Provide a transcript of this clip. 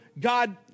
God